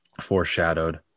foreshadowed